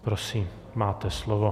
Prosím, máte slovo.